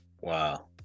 Wow